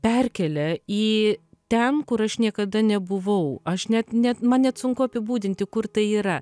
perkelia į ten kur aš niekada nebuvau aš net net man net sunku apibūdinti kur tai yra